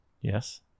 Yes